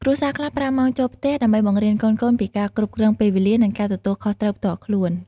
គ្រួសារខ្លះប្រើម៉ោងចូលផ្ទះដើម្បីបង្រៀនកូនៗពីការគ្រប់គ្រងពេលវេលា និងការទទួលខុសត្រូវផ្ទាល់ខ្លួន។